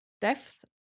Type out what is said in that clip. depth